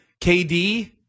KD